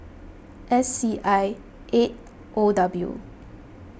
S C I eight O W